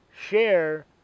share